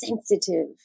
sensitive